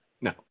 No